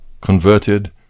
Converted